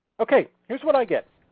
ok, here's what i get.